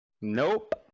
Nope